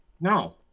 no